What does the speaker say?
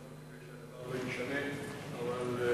אדוני היושב-ראש.